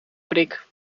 prik